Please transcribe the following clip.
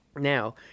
Now